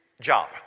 job